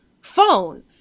phone